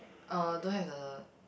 uh don't have the